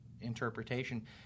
interpretation